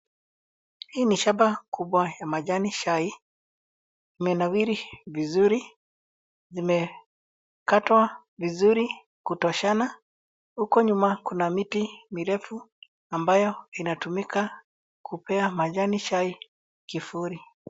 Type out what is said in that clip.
Hii ni shamba kubwa ya majani chai. Imenawiri vizuri. Imekatwa vizuri kutoshana huku nyuma kuna miti mirefu ambayo inatumika kupea majani chai kivuli.